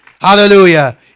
Hallelujah